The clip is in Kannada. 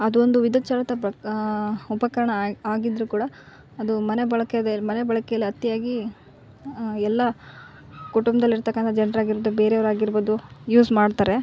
ಅದು ಒಂದು ವಿದ್ಯುತ್ ಚಾಲಿತ ಉಪಕರಣ ಆಗಿದ್ರು ಕೂಡ ಅದು ಮನೆ ಬಳಕೆಗೆ ಮನೆ ಬಳಕೆಲಿ ಅತಿಯಾಗಿ ಎಲ್ಲ ಕುಟುಂಬದಲ್ಲಿರ್ತಕ್ಕಂಥ ಜನರಾಗಿರ್ದು ಬೇರೆಯವರಾಗಿರ್ಬಹುದು ಯೂಸ್ ಮಾಡ್ತಾರೆ